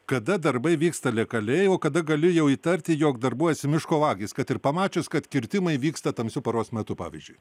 kada darbai vyksta legaliai o kada gali jau įtarti jog darbuojasi miško vagys kad ir pamačius kad kirtimai vyksta tamsiu paros metu pavyzdžiui